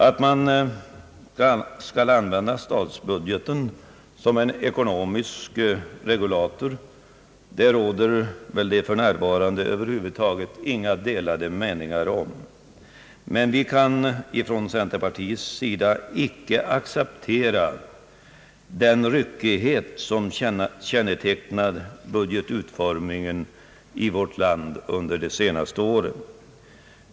Att man skall använda statsbudgeten såsom en ekonomisk regulator råder det väl för närvarande inga delade meningar om. Inom centerpartiet kan vi dock inte acceptera den ryckighet, som har kännetecknat budgetutformningen i vårt land under de senaste åren.